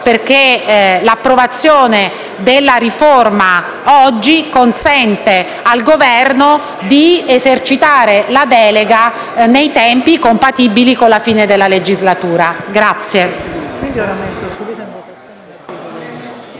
perché l'approvazione della riforma oggi consente al Governo di esercitare la delega in tempi compatibili con la fine della legislatura.